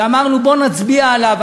ואמרנו: בואו נצביע עליו,